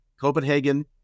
Copenhagen